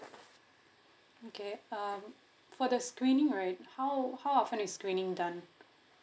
okay um for the screening right how how often is screening done